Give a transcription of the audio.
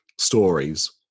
stories